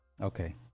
okay